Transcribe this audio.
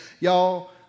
Y'all